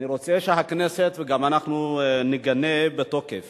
אני רוצה שהכנסת וגם אנחנו נגנה בתוקף